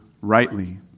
rightly